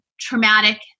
traumatic